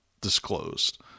disclosed